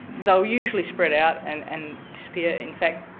they'll usually spread out and and disappear. in fact,